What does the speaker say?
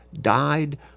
died